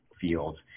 fields